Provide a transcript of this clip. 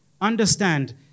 understand